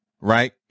right